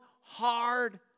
hard